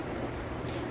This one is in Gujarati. તો ચાલો હવે આ કરીએ